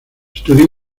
estudió